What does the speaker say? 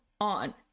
on